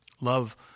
Love